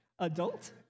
Adult